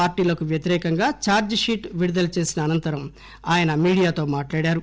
పార్టీలకు వ్యతిరేకంగా ఛార్లిషీట్ విడుదల చేసిన అనంతరం ఆయన మీడియాతో మాట్టాడారు